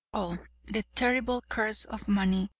oh, the terrible curse of money!